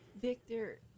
Victor